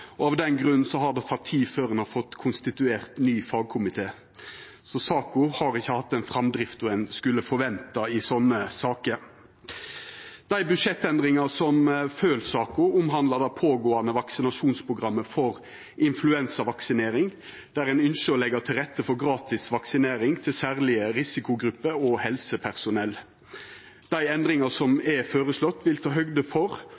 og av den grunn har det teke tid før ein har fått konstituert ny fagkomité. Saka har ikkje hatt den framdrifta ein skulle forventa i slike saker. Dei budsjettendringane som følgjer saka, omhandlar det pågåande vaksinasjonsprogrammet for influensavaksinering, der ein ynskjer å leggja til rette for gratis vaksinering til særlege risikogrupper og helsepersonell. Dei endringane som er føreslått, vil ta høgd for